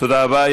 תודה רבה.